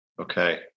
Okay